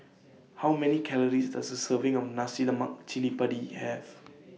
How Many Calories Does A Serving of Nasi Lemak Cili Padi Have